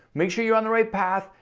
make sure you're on the right path.